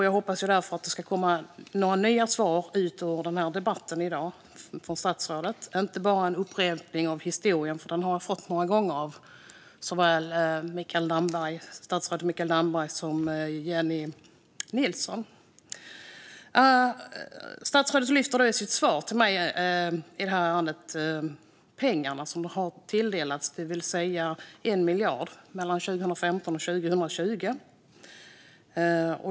Jag hoppas därför att det ska komma nya svar från statsrådet i dagens debatt och inte bara en upprepning av historien, för den har jag fått höra många gånger av såväl statsrådet Mikael Damberg som Jennie Nilsson. Statsrådet lyfter i sitt svar till mig fram pengarna som har tilldelats, det vill säga 1 miljard mellan 2015 och 2020.